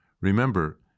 Remember